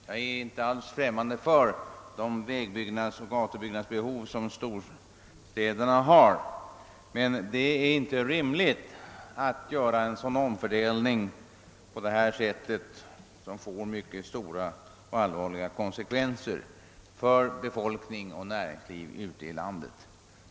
Jag är inte alls främmande för de vägoch gatubyggnadsbehov storstäderna har, men det är inte rimligt att göra en omfördelning som får allvarliga konsekvenser för befolkning och näringsliv ute i landet.